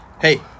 hey